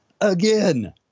again